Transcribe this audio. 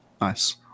Nice